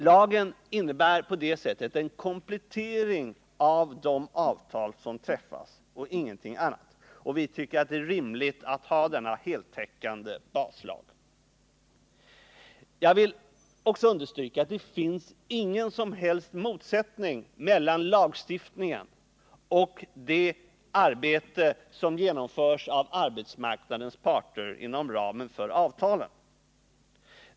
Lagen innebär på det sättet en komplettering av de avtal som träffas och ingenting annat, och vi tycker att det är rimligt att ha denna heltäckande baslag. Jag vill också understryka att det inte finns någon som helst motsättning mellan lagstiftningen och det arbete som genomförs av arbetsmarknadens parter inom ramen för avtalen.